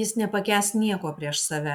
jis nepakęs nieko prieš save